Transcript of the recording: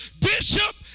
bishop